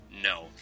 no